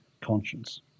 conscience